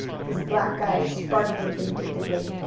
his black eyes sparkling vindictively.